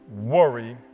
worry